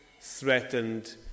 threatened